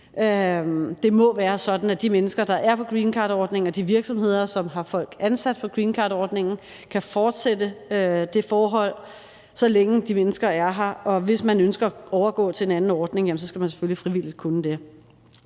Det må være sådan, at de mennesker, der er på greencardordningen, og de virksomheder, som har folk ansat på greencardordningen, kan fortsætte det forhold, så længe de mennesker er her. Og hvis man ønsker at overgå til en anden ordning, skal man selvfølgelig frivilligt kunne gøre